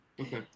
Okay